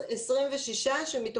עד